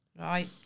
Right